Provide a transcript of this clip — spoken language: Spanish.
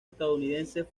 estadounidenses